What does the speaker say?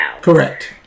Correct